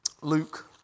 Luke